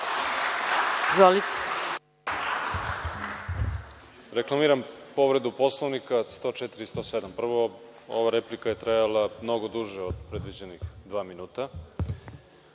Reklamiram povredu Poslovnika, čl. 104. i 107.Prvo, ova replika je trajala mnogo duže od predviđena dva minuta,